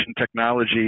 technology